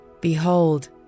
Behold